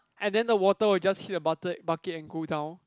and then the water will just hit the butter bucket and go down